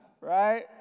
right